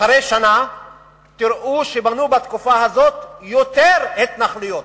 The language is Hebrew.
אחרי שנה תראו שבנו בתקופה הזאת יותר התנחלויות.